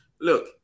Look